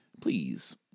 please